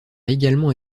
également